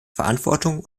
verantwortung